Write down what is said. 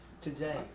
today